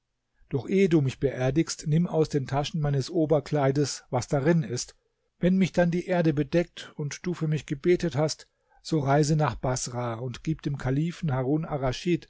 doch ehe du mich beerdigst nimm aus den taschen meines oberkleides was darin ist wenn mich dann die erde bedeckt und du für mich gebetet hast so reise nach baßrah und gib dem kalifen harun